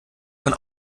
von